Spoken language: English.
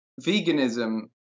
Veganism